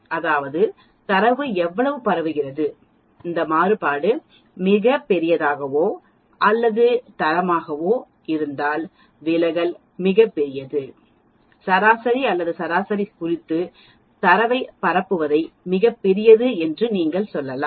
அதாவது தரவு எவ்வளவு பரவுகிறது இந்த மாறுபாடு மிகப் பெரியதாகவோ அல்லது தரமாகவோ இருந்தால்விலகல் மிகப் பெரியது சராசரி அல்லது சராசரி குறித்து தரவைப் பரப்புவதை மிகப் பெரியது என்று நீங்கள் சொல்லலாம்